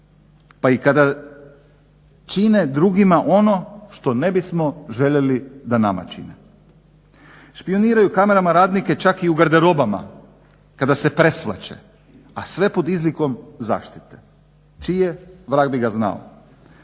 pa i kada čine drugima ono što ne bismo željeli da nama čine. Špijuniraju kamerama radnike čak i u garderobama, kada se presvlače, a sve pod izlikom zaštite, čije? Vrag bi ga znao.